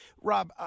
Rob